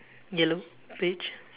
yellow beige